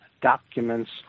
documents